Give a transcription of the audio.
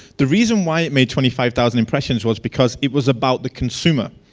the reason why it made twenty five thousand impressions was, because it was about the consumer.